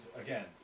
again